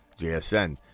JSN